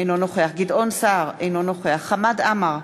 אינו נוכח גדעון סער, אינו נוכח חמד עמאר,